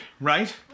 right